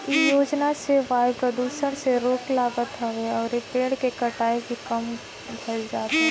इ योजना से वायु प्रदुषण पे रोक लागत हवे अउरी पेड़ के कटाई भी कम भइल हवे